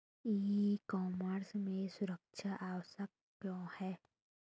ई commerce में सुरक्षा आवश्यक क्यों है?